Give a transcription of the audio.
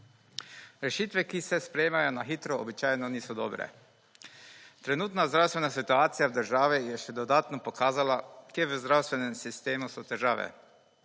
Rešitve, ki se sprejemajo na hitro, običajno niso dobre. Trenutna zdravstvena situacija v državi je še dodatno pokazala, kje v zdravstvenem sistemu so težave.